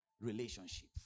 Relationship